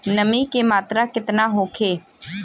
नमी के मात्रा केतना होखे?